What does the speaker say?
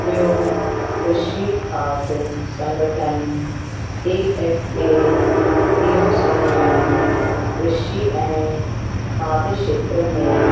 ॿियो कृषि खाद संगठन ए एफ़ ए इहो संगठन कृषि ऐं खाद खेत्र में